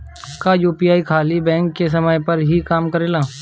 क्या यू.पी.आई खाली बैंक के समय पर ही काम करेला?